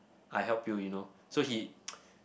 I help you you know so he